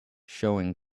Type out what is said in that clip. showing